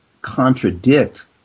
contradict